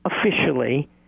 officially